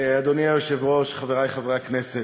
אדוני היושב-ראש, חברי חברי הכנסת,